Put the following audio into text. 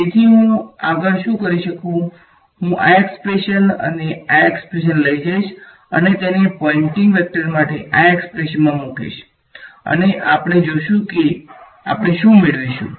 તેથી હું આગળ શું કરીશ હું આ એક્સપ્રેશન અને આ એક્સપ્રેશન લઈ જઈશ અને તેને પોઈંટીંગ વેકટર માટે આ એક્સપ્રેશનમા મૂકીશ અને આપણે જોશું કે આપણે શું મેળવીશું